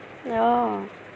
অঁ